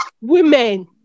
women